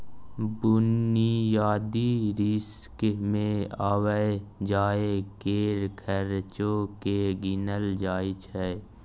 बुनियादी रिस्क मे आबय जाय केर खर्चो केँ गिनल जाय छै